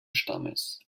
stammes